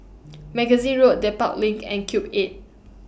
Magazine Road Dedap LINK and Cube eight